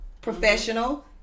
professional